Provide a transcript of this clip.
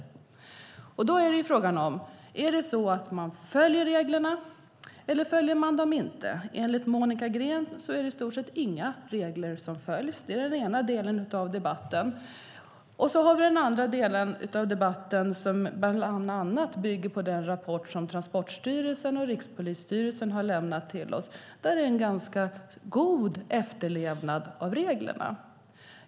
Då är frågan: Följer man reglerna, eller följer man dem inte? Enligt Monica Green är det i stort sett inga regler som följs. Det är den ena delen av debatten. Sedan har vi den andra delen av debatten, som bland annat bygger på den rapport som Transportstyrelsen och Rikspolisstyrelsen har lämnat till oss. Enligt den är det en ganska god efterlevnad av reglerna.